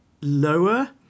Lower